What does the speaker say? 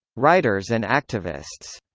writers and activists